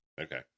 Okay